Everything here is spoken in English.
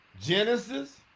Genesis